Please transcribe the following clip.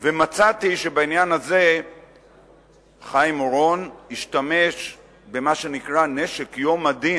מצאתי שבעניין הזה חיים אורון השתמש במה שנקרא נשק יום הדין,